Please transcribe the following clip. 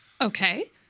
Okay